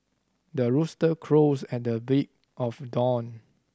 the rooster crows at the break of dawn